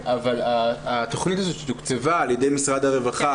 אבל התכנית הזאת שתוקצבה על ידי משרד הרווחה